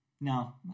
No